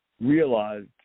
realized